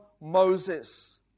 Moses